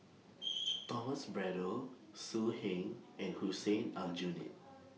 Thomas Braddell So Heng and Hussein Aljunied